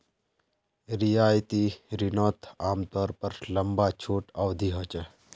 रियायती रिनोत आमतौर पर लंबा छुट अवधी होचे